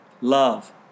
love